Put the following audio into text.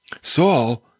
Saul